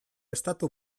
estatu